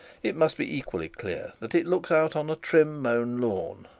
it must be equally clear that it looks out on a trim mown lawn,